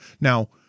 Now